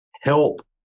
help